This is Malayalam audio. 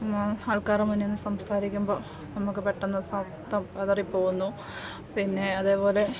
ആൾക്കാറെ മുന്നിൽ നിന്ന് സംസാരിക്കുമ്പോൾ നമുക്ക് പെട്ടന്ന് ശബ്ദം പതറിപ്പോവുന്നു പിന്നെ അതേപോലെ